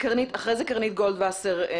אחרי זה קרנית גולדווסר.